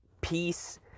peace